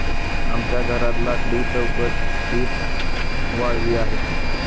आमच्या घरात लाकडी चौकटीत वाळवी आहे